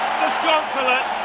disconsolate